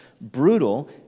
brutal